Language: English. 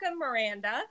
Miranda